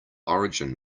origin